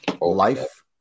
life